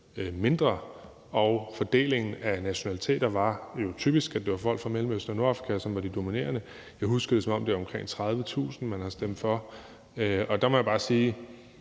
mindre, og fordelingen af nationaliteter var jo typisk, at det var folk fra Mellemøsten og Nordafrika, som var de dominerende. Jeg husker det, som om det var omkring 30.000, man har stemt for. Der må jeg bare sige: